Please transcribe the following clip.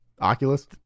Oculus